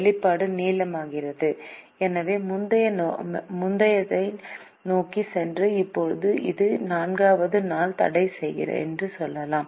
வெளிப்பாடு நீளமாகிறது எனவே முந்தையதை நோக்கிச் சென்று இப்போது இது 4 வது நாள் தடை என்று சொல்லலாம்